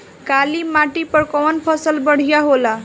काली माटी पर कउन फसल बढ़िया होला?